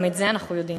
גם את זה אנחנו יודעים,